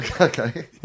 Okay